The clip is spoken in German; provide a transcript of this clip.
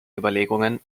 überlegungen